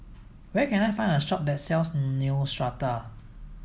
where can I find a shop that sells Neostrata